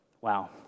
wow